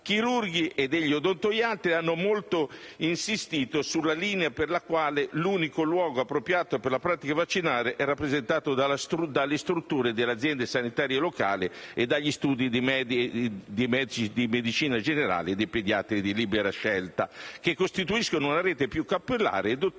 chirurghi e degli odontoiatri, hanno molto insistito sulla linea secondo la quale «l'unico luogo appropriato per la pratica vaccinale è rappresentato dalle strutture delle aziende sanitarie locali e dagli studi dei medici di medicina generale e dei pediatri di libera scelta, che costituiscono una rete più capillare e dotata di